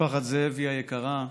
משפחת זאבי היקרה,